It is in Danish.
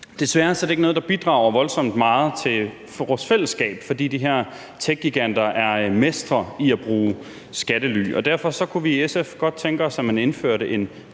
der bidrager voldsomt meget til vores fællesskab, fordi de her techgiganter er mestre i at bruge skattely, og derfor kunne vi i SF godt tænke os, at man indførte en